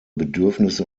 bedürfnisse